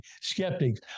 skeptics